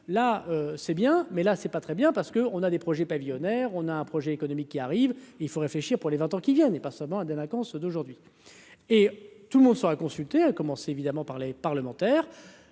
Là c'est bien, mais là c'est pas très bien parce que on a des projets pavillonnaire, on a un projet économique qui arrive, il faut réfléchir pour les 20 ans qui viennent, et pas seulement à délinquance d'aujourd'hui et tout le monde sera consulté à commencer évidemment par les parlementaires